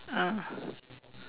ah